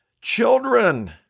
children